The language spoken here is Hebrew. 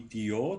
היום.